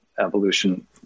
evolution